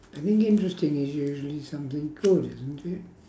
I think interesting is usually something good isn't it